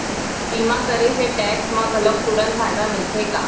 बीमा करे से टेक्स मा घलव तुरंत फायदा मिलथे का?